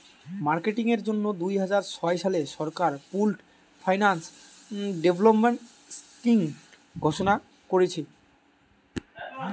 marketing এর জন্যে দুইহাজার ছয় সালে সরকার পুল্ড ফিন্যান্স ডেভেলপমেন্ট স্কিং ঘোষণা কোরেছে